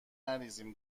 نریزیم